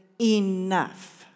enough